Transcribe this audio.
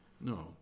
No